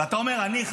ואתה אומר: אני,